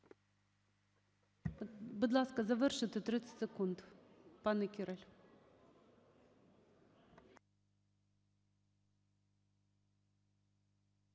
Будь ласка, завершуйте, 30 секунд,